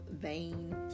vain